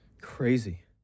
Crazy